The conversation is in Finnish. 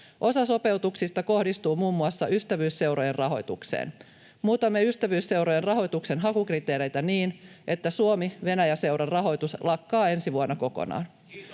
Osa sopeutuksista kohdistuu muun muassa ystävyysseurojen rahoitukseen. Muutamme ystävyysseurojen rahoituksen hakukriteereitä niin, että Suomi—Venäjä-seuran rahoitus lakkaa ensi vuonna kokonaan.